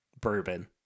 Bourbon